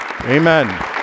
Amen